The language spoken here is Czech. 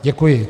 Děkuji.